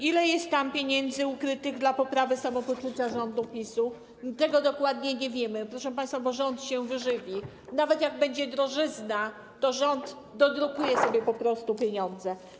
Ile jest tam pieniędzy ukrytych dla poprawy samopoczucia rządu PiS-u, tego dokładnie nie wiemy, proszę państwa, bo rząd się wyżywi - nawet jak będzie drożyzna, to rząd dodrukuje sobie po prostu pieniądze.